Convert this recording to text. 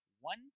one